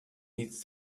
needs